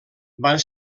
van